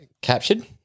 captured